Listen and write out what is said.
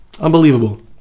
Unbelievable